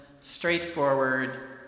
straightforward